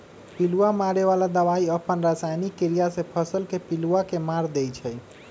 पिलुआ मारे बला दवाई अप्पन रसायनिक क्रिया से फसल के पिलुआ के मार देइ छइ